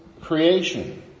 creation